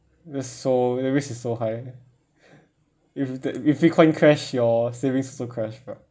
that's so that risk is so high if that if bitcoin crash your savings also crash but